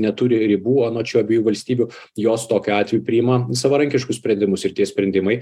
neturi ribų anot šių abiejų valstybių jos tokiu atveju priima savarankiškus sprendimus ir tie sprendimai